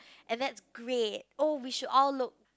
and that's great oh we should all look